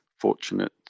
fortunate